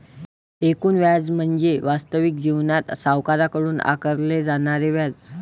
एकूण व्याज म्हणजे वास्तविक जीवनात सावकाराकडून आकारले जाणारे व्याज